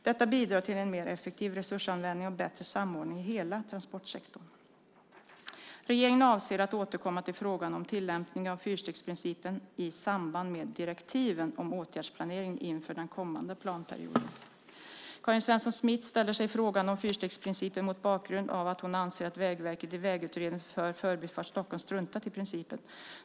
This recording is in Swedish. Detta bidrar till en mer effektiv resursanvändning och bättre samordning i hela transportsektorn. Regeringen avser att återkomma till frågan om tillämpningen av fyrstegsprincipen i samband med direktiven om åtgärdsplanering inför den kommande planperioden. Karin Svensson Smith ställer sin fråga om fyrstegsprincipen mot bakgrund av att hon anser att Vägverket i Vägutredningen för Förbifart Stockholm struntat i principen.